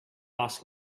ask